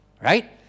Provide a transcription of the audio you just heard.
Right